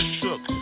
shook